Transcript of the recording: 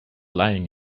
lying